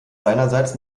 seinerseits